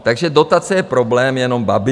Takže dotace je problém jenom Babiš.